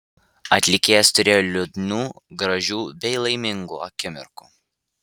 atlikėjas turėjo liūdnų gražių bei laimingų akimirkų